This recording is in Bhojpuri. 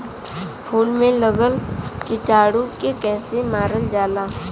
फूल में लगल कीटाणु के कैसे मारल जाला?